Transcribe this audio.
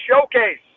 showcase